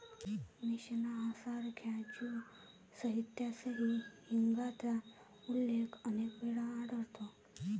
Mishnah सारख्या ज्यू साहित्यातही हिंगाचा उल्लेख अनेक वेळा आढळतो